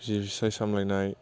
बिसि फिसाय सामलायनाय